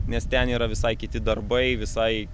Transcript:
nes ten yra visai kiti darbai visai